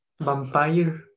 Vampire